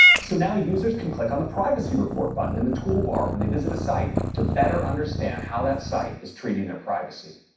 so now users can click on the privacy report button in the toolbar when they visit a site to better understand how that site is treating their privacy.